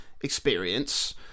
experience